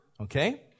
Okay